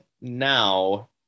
now